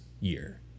year